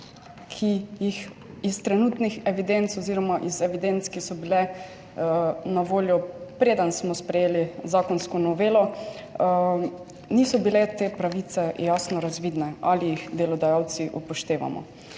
ki jih iz trenutnih evidenc oz. iz evidenc, ki so bile na voljo, preden smo sprejeli zakonsko novelo, niso bile te pravice jasno razvidne ali jih delodajalci upoštevamo.